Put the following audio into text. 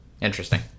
interesting